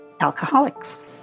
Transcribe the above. alcoholics